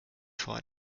vor